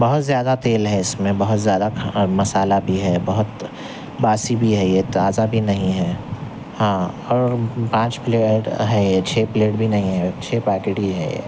بہت زیادہ تیل ہے اس میں بہت زیادہ اور مسالہ بھی ہے بہت باسی بھی ہے یہ تازہ بھی نہیں ہے ہاں اور پانچ پلیٹ ہے یہ چھ پلیٹ بھی نہیں ہے چھ پیکٹ ہی ہے یہ